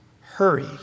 hurry